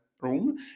room